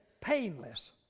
painless